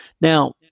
Now